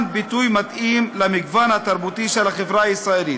ביטוי מתאים למגוון התרבותי של החברה הישראלית".